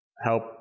help